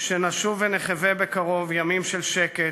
שנשוב ונחווה בקרוב ימים של שקט,